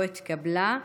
ולכן ההסתייגות לא התקבלה.